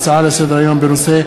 קורן בנושא: